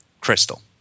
Crystal